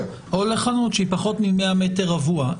או לחנות ששטחה פחות מ-100 מטרים רבועים.